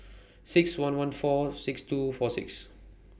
six one one four six two four six